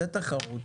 זאת תחרות,